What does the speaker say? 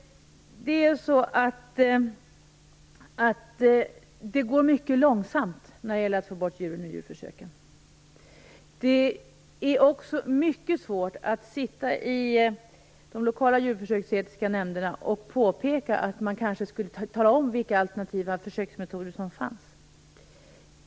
Det går mycket långsamt när det gäller att få bort djuren ur djurförsöken. Det är också mycket svårt att sitta i de lokala djurförsöksetiska nämnderna och påpeka att man kanske skulle tala om vilka alternativa försöksmetoder som finns.